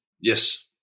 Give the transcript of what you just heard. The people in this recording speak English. Yes